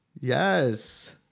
Yes